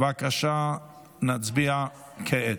בבקשה, נצביע כעת.